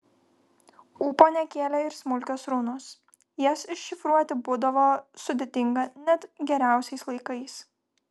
ūpo nekėlė ir smulkios runos jas iššifruoti būdavo sudėtinga net geriausiais laikais